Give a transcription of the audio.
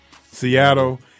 Seattle